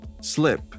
slip